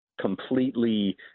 completely